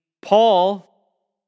Paul